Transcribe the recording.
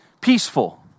peaceful